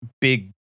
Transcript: big